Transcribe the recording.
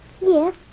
Yes